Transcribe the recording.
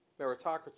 meritocracy